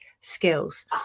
skills